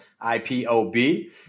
I-P-O-B